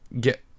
get